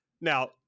now